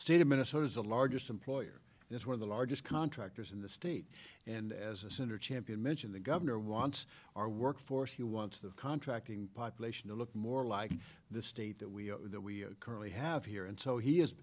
state of minnesota is the largest employer is one of the largest contractors in the state and as a center champion mentioned the governor wants our workforce he wants the contracting population to look more like the state that we currently have here and so he